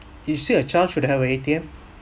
you say a child should have an A_T_M